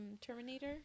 Terminator